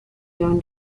john